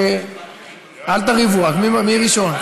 אל תריבו, מי ראשון?